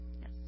Yes